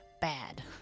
bad